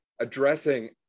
addressing